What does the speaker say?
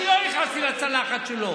אני לא נכנסתי לצלחת שלו.